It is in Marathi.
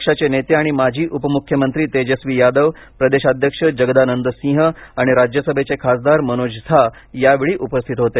पक्षाचे नेते आणि माजी उपमुख्यमंत्री तेजस्वी यादव प्रदेशाध्यक्ष जगदानंद सिंह आणि राज्यसभेचे खासदार मनोज झा यावेळी उपस्थित होते